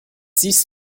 siehst